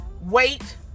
wait